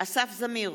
אסף זמיר,